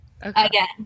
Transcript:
Again